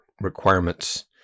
requirements